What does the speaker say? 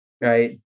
right